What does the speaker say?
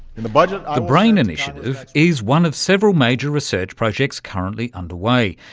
and the but ah brain initiative is one of several major research projects currently underway.